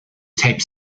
tape